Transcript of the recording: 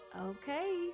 Okay